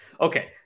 Okay